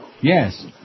Yes